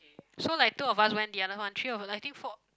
so like two of us went the other one three of I think four